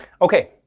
Okay